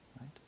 Right